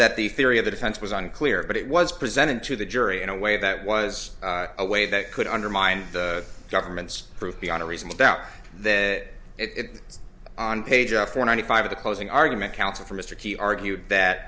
that the theory of the defense was unclear but it was presented to the jury in a way that was a way that could undermine the government's prove beyond a reasonable doubt that it on page four ninety five of the closing argument counsel for mr key argued that